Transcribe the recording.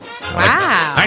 Wow